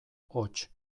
hots